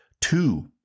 two